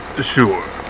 Sure